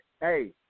hey